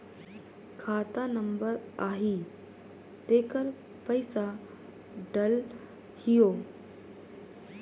खाता नंबर आही तेकर पइसा डलहीओ?